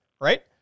right